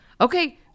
okay